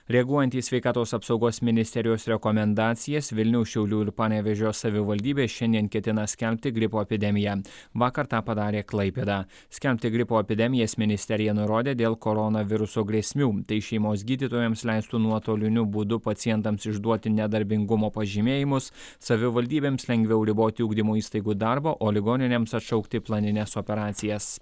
reaguojant į sveikatos apsaugos ministerijos rekomendacijas vilniaus šiaulių ir panevėžio savivaldybė šiandien ketina skelbti gripo epidemiją vakar tą padarė klaipėda skelbti gripo epidemijas ministerija nurodė dėl koronaviruso grėsmių tai šeimos gydytojams leistų nuotoliniu būdu pacientams išduoti nedarbingumo pažymėjimus savivaldybėms lengviau riboti ugdymo įstaigų darbą o ligoninėms atšaukti planines operacijas